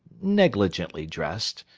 negligently dressed,